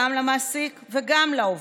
גם למעסיק וגם לעובד.